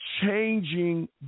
changing